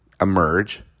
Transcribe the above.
emerge